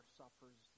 suffers